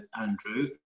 Andrew